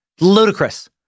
Ludicrous